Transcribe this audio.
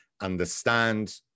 understand